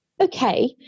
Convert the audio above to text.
okay